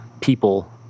people